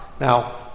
Now